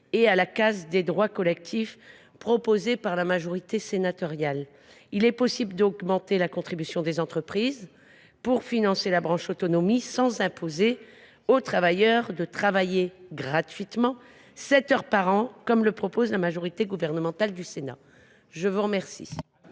et à la casse des droits collectifs proposée par la majorité sénatoriale. Il est possible d’augmenter la contribution des entreprises pour financer la branche autonomie sans imposer aux travailleurs de travailler gratuitement, sept heures de plus par an, comme le propose la majorité gouvernementale du Sénat. L’amendement